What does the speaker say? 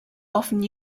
often